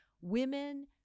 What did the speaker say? women